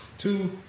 Two